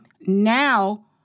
now